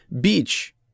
beach